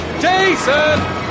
Jason